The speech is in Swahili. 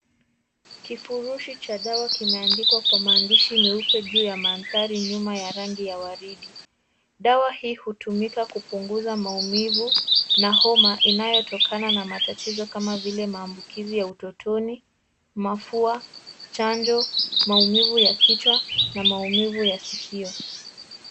Kifurushi cha dawa kimeandikwa kwa maandishi meupe juu ya mandhari nyuma ya rangi ya waridi. Dawa hii hutumika kupunguza maumivu na homa inayotokana na matatizo kama vile maambukizi ya ututoni, mafua, chanjo, maumivu ya kichwa na maumivu ya sikio.